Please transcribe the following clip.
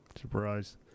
Surprise